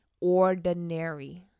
Ordinary